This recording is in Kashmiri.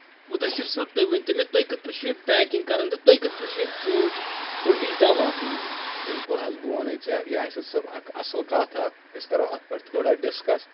بالکل حظ بہٕ وَنے ژےٚ یاصِر صٲب اکھ اَصٕل کتھ اکھ أسۍ کَرو اَتھ پؠٹھ تھوڑا ڈِسکس